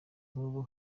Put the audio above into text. nk’ubu